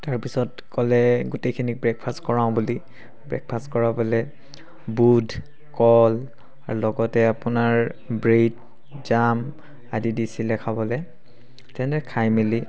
তাৰপিছত ক'লে গোটেইখিনিক ব্ৰেকফাষ্ট কৰাওঁ বুলি ব্ৰেকফাষ্ট কৰাবলৈ বুট কল লগতে আপোনাৰ ব্ৰেড জাম আদি দিছিলে খাবলৈ তেনেকৈ খাই মেলি